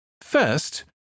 First